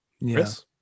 yes